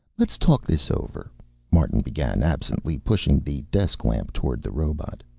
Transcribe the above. let's talk this over martin began, absently pushing the desk-lamp toward the robot.